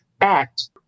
Act